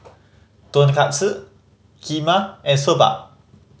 Tonkatsu Kheema and Soba